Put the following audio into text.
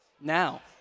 Now